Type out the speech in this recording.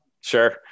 Sure